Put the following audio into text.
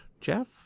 Jeff